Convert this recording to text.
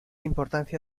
importancia